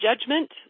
judgment